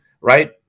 right